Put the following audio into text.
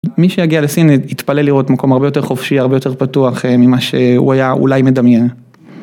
מי שיגיע לסין יתפלל לראות מקום הרבה יותר חופשי, הרבה יותר פתוח ממה שהוא היה אולי מדמיין.